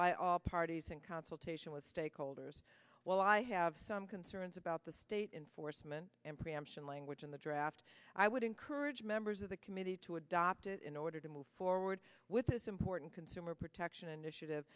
by all parties at ease in consultation with stakeholders well i have some concerns about the state in forstmann and preemption language in the draft i would encourage members of the committee to adopt it in order to move forward with this important consumer protection initiative